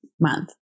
month